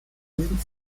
diesem